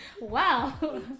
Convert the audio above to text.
wow